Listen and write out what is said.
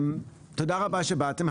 תודה רבה שבאתם,